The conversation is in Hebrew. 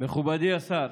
מכובדי השר,